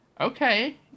Okay